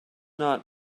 not